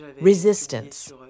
resistance